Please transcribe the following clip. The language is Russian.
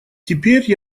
теперь